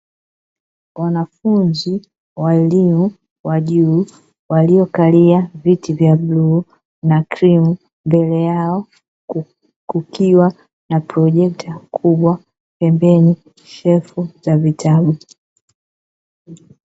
Wanafunzi walio wa juu, walio kalia viti vya bluu na krimu, mbele yao kukiwa na projekta kubwa, pembeni shelfu za vitabu.